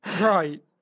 Right